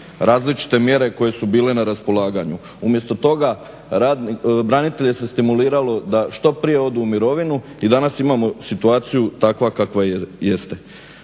različite mjere koje su bile na raspolaganju. Umjesto toga branitelje se stimuliramo da što prije odu u mirovinu i danas imamo situaciju takva kakva jeste.